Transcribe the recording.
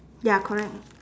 ya correct